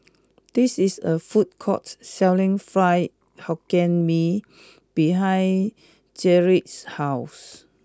this is a food court selling fried hokkien Mee behind Jaret's house